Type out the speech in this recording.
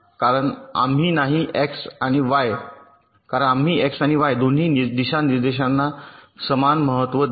कारण आम्ही x आणि y दोन्ही दिशानिर्देशांना समान महत्त्व देणे